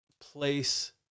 place